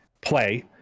play